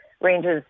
ranges